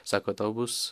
sako tau bus